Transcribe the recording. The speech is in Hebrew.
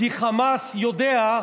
כי חמאס יודע,